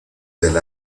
del